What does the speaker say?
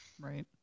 Right